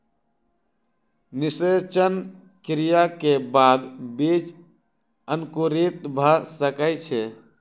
निषेचन क्रिया के बाद बीज अंकुरित भ सकै छै